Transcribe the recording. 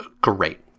great